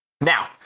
Now